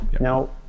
now